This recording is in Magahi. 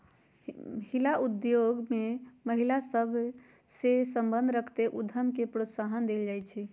हिला उद्योग में महिला सभ सए संबंध रखैत उद्यम के प्रोत्साहन देल जाइ छइ